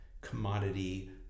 commodity